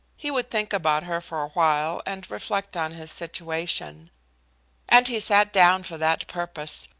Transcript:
he would think about her for a while, and reflect on his situation and he sat down for that purpose,